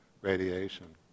radiation